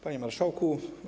Panie Marszałku!